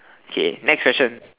okay next question